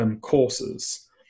courses